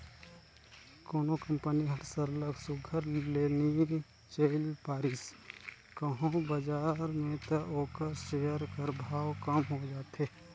कोनो कंपनी हर सरलग सुग्घर ले नी चइल पारिस कहों बजार में त ओकर सेयर कर भाव कम हो जाथे